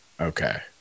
Okay